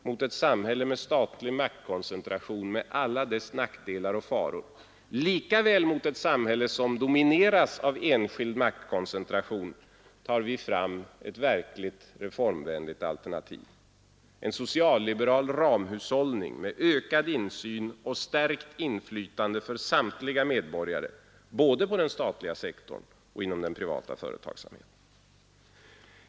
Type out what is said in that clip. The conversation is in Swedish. Mot ett samhälle med statlig maktkoncentration, med alla dess nackdelar och faror, lika väl som mot ett samhälle som domineras av enskild maktkoncentration ställer vi ett verkligt reformvänligt alternativ: en social-liberal ramhushållning med ökad insyn och stärkt inflytande för samtliga medborgare inom såväl den statliga sektorn som den privata företagsamheten.